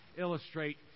illustrate